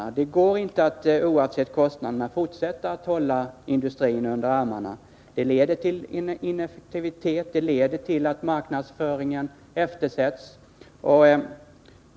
Det går inte att oavsett kostnaderna fortsätta att hålla industrin under armarna. Det leder till ineffektivitet och till att marknadsföringen eftersätts.